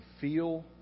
feel